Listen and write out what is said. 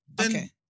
Okay